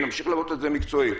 נמשיך ללוות את זה מקצועית,